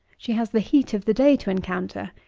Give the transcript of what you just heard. she has the heat of the day to encounter,